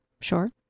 Sure